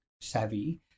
savvy